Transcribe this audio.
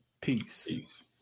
Peace